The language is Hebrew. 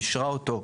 אישרה אותו.